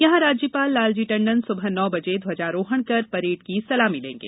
यहां राज्यपाल लालजी टण्डन सुबह नौ बजे ध्वजारोहण कर परेड की सलामी लेंगे